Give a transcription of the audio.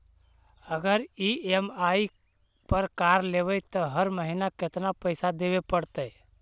अगर ई.एम.आई पर कार लेबै त हर महिना केतना पैसा देबे पड़तै?